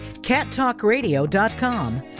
cattalkradio.com